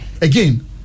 Again